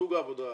סוג העבודה.